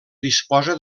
disposa